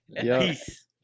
Peace